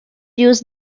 used